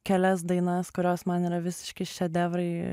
kelias dainas kurios man yra visiški šedevrai